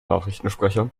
nachrichtensprecher